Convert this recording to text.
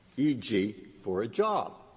e g, for a job.